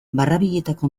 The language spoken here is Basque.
barrabiletako